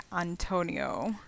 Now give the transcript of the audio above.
Antonio